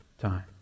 time